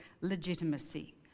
legitimacy